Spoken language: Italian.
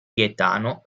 gaetano